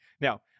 Now